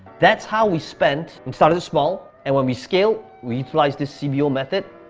that's how we spent, and started small, and when we scaled, we utilized this c b o. method,